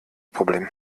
problem